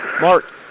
Mark